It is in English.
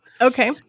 Okay